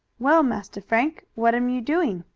well, massa frank, what am you doing?